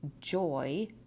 joy